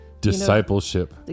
Discipleship